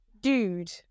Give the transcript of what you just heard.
dude